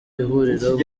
ihuriro